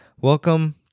welcome